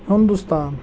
Hindustan